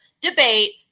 debate